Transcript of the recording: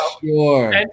sure